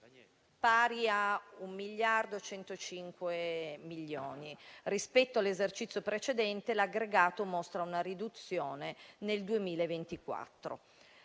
pari a 1,105 miliardi. Rispetto all'esercizio precedente, l'aggregato mostra una riduzione nel 2024.